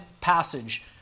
passage